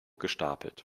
gestapelt